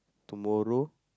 tomorrow